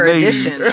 edition